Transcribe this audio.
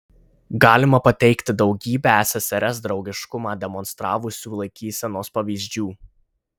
galima pateikti daugybę ssrs draugiškumą demonstravusių laikysenos pavyzdžių